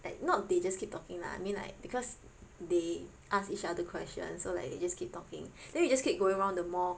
like not they just keep talking lah I mean like because they ask each other questions so like they just keep talking then we just keep going round the mall